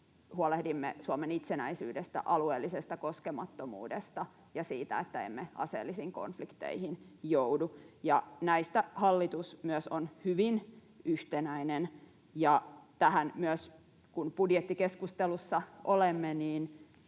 huolehdimme Suomen itsenäisyydestä, alueellisesta koskemattomuudesta ja siitä, että emme aseellisiin konflikteihin joudu, ja näistä hallitus myös on hyvin yhtenäinen. Kun budjettikeskustelussa olemme, tämä